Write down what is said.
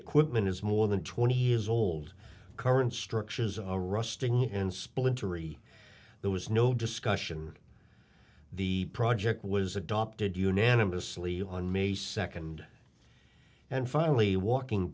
equipment is more than twenty years old current structures are rusting and splintery there was no discussion the project was adopted unanimously on may second and finally walking